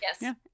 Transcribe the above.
Yes